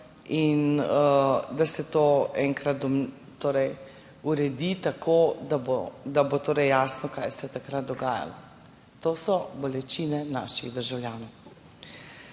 in da se to enkrat uredi tako, da bo torej jasno, kaj se je takrat dogajalo. To so bolečine naših državljanov.